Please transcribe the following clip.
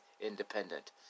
independent